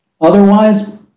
otherwise